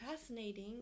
fascinating